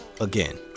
again